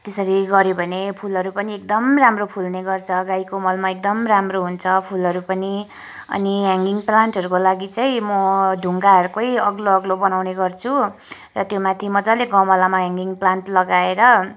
त्यसरी गऱ्यो भने फुलहरू पनि एकदम राम्रो फुल्नेगर्छ गाईको मलमा एकदम राम्रो हुन्छ फुलहरू पनि अनि ह्याङ्गिङ प्लान्टहरूको लागि चाहिँ म ढुङ्गाहरूकै अग्लो अग्लो बनाउने गर्छु र त्योमाथि मजाले गमलामा ह्याङ्गिङ प्लान्ट लगाएर